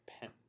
pen